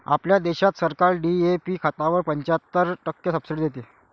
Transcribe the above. आपल्या देशात सरकार डी.ए.पी खतावर पंच्याहत्तर टक्के सब्सिडी देते